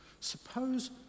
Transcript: Suppose